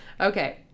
Okay